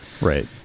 Right